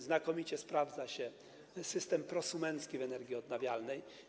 Znakomicie sprawdza się system prosumencki w energii odnawialnej.